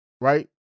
right